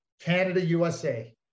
Canada-USA